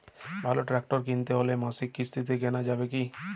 ভালো ট্রাক্টর কিনতে হলে মাসিক কিস্তিতে কেনা যাবে কি?